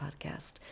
podcast